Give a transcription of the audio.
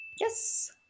Yes